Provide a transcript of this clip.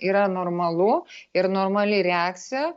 yra normalu ir normali reakcija